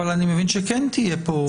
אני מבין שכן תהיה פה הודעה.